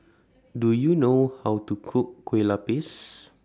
Do YOU know How to Cook Kueh Lapis